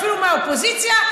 ואפילו מהאופוזיציה,